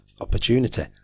opportunity